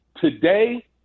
today